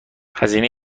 هزینه